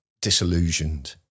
disillusioned